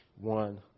one